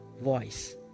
voice